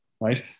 right